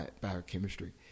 biochemistry